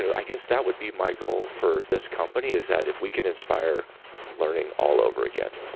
i guess that would be my goal for this company, is that, if we can inspire learning all over again.